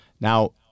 Now